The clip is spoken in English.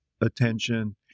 attention